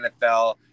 NFL